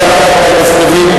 תודה רבה לחבר הכנסת לוין.